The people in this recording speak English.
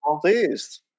please